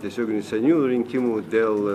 tiesioginių seniūnų rinkimų dėl